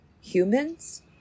humans